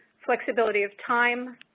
flex ability of time,